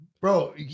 Bro